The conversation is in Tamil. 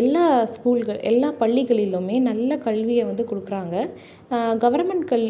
எல்லாம் ஸ்கூல்கள் எல்லாம் பள்ளிகளிலும் நல்ல கல்வியை வந்து கொடுக்குறாங்க கவர்மெண்ட் கல்